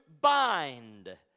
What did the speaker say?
bind